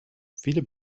viele